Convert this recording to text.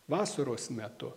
vasaros metu